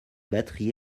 batteries